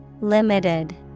Limited